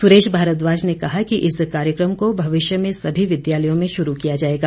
सुरेश भारद्वाज ने कहा कि इस कार्यक्रम को भविष्य में सभी विद्यालयों में शुरू किया जाएगा